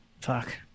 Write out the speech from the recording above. fuck